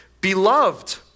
Beloved